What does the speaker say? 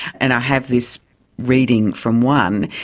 and i have this reading from one,